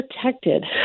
protected